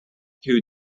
two